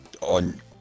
on